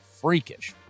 freakish